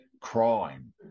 crime